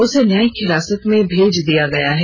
उसे न्यायिक हिरासत में भेज दिया गया है